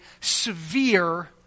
severe